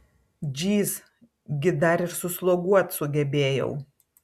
džyz gi dar ir susloguot sugebėjau